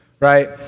right